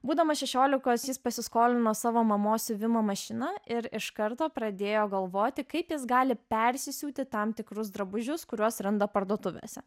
būdamas šešiolikos jis pasiskolino savo mamos siuvimo mašiną ir iš karto pradėjo galvoti kaip jis gali persisiūti tam tikrus drabužius kuriuos randa parduotuvėse